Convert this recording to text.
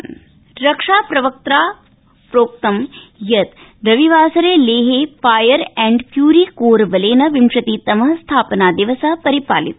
स्थापना दिवस रक्षा प्रवक्त्रा प्रोक्तं यत् रविवासरे लेहे फायर एंड फ्यूरी कोर बलेन विंशतितम स्थापना दिवस परिपालित